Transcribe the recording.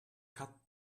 cut